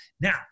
Now